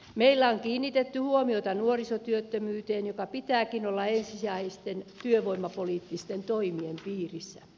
meillä on kiinnitetty huomiota nuorisotyöttömyyteen jonka pitääkin olla ensisijaisten työvoimapoliittisten toimien piirissä